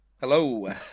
Hello